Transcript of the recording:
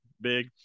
big